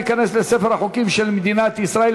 והוא ייכנס לספר החוקים של מדינת ישראל.